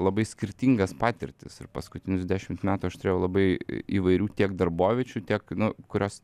labai skirtingas patirtis ir paskutinius dešimt metų aš turėjau labai įvairių tiek darboviečių tiek nu kurios